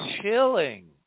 Chilling